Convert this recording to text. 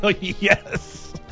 Yes